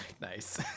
Nice